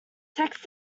text